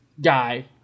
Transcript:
guy